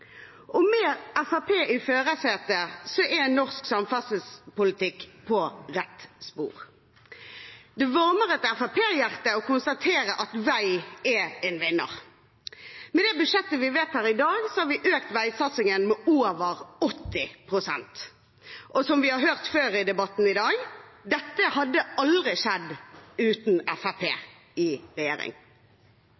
Med Fremskrittspartiet i førersetet er norsk samferdselspolitikk på rett spor. Det varmer et Fremskrittsparti-hjerte å konstatere at vei er en vinner. Med det budsjettet vi vedtar i dag, har vi økt veisatsingen med over 80 pst., og som vi har hørt i debatten i dag, hadde dette aldri skjedd uten